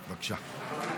בבקשה.